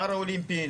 הוועד הפראולימפי,